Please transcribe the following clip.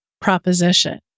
proposition